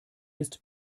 ist